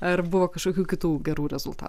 ar buvo kažkokių kitų gerų rezultatų